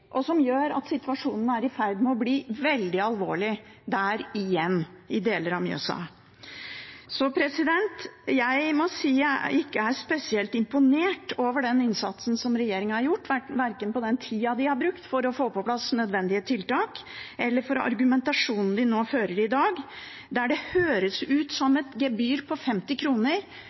og som gjør at situasjonen i deler av Mjøsa er i ferd med å bli veldig alvorlig igjen. Jeg må si at jeg ikke er spesielt imponert over den innsatsen som regjeringen har gjort, verken over den tida de har brukt for å få på plass nødvendige tiltak, eller over argumentasjonen de fører i dag, der det høres ut som at et gebyr på 50